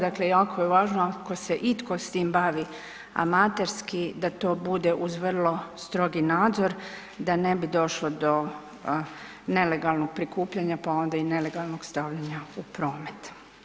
Dakle, jako je važno ako se itko s tim bavi amaterski da to bude uz vrlo strogi nadzor da ne bi došlo do nelegalnog prikupljanja, pa onda i nelegalnog stavljanja u promet.